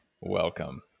welcome